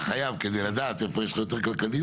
אתה חייב כדי לדעת איפה יש לך יותר כלכליות.